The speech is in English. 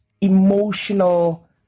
emotional